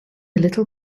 little